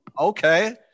Okay